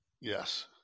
Yes